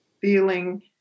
feeling